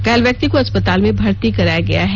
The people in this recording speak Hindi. घायल व्यक्ति को अस्पताल में भर्ती कराया गया है